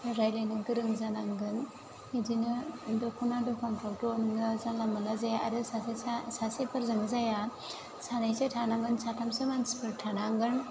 रायलायनो गोरों जानांगोन बिदिनो दख'ना दखानफ्रावथ' नोङो जानला मोनला जाया आरो सासे सा सासेफोरजोंनो जाया सानैसो थानांगोन साथामसो मानसिफोर थानांगोन